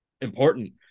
important